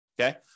Okay